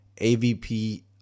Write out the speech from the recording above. AVP